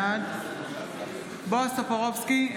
בעד בועז טופורובסקי,